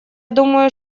думаю